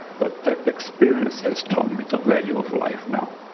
but that experience has taught me the value of life now,